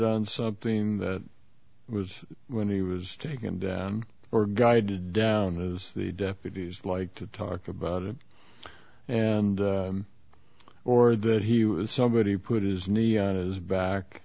on something that was when he was taken down or guided down as the deputies like to talk about it and or that he was somebody put his knee on his back